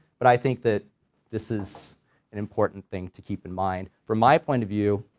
but i think that this is an important thing to keep in mind from my point of view,